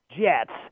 Jets